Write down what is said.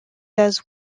does